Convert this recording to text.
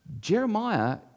Jeremiah